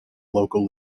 local